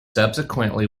subsequently